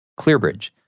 ClearBridge